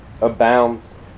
abounds